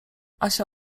asia